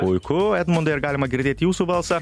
puiku edmundai ar galima girdėt jūsų balsą